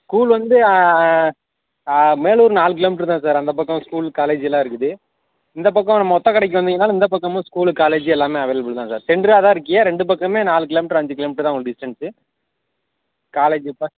school வந்து மேலூர் நாலு kilometre தான் சார் அந்தப் பக்கம் ஸ்கூல் காலேஜ் எல்லாம் இருக்குது இந்தப் பக்கம் நம்ம ஒற்றைக்கடைக்கி வந்தீங்கன்னாலும் இந்தப் பக்கமும் ஸ்கூலு காலேஜ் எல்லாமே அவைலபிள் தான் சார் சென்டராக தான் இருக்கீங்க ரெண்டு பக்கமுமே நாலு கிலோ மீட்டர் அஞ்சு கிலோ மீட்டர் தான் உங்களுக்கு டிஸ்டன்ஸ்ஸு காலேஜ் ப